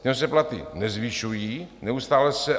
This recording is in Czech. Těm se platy nezvyšují, neustále se...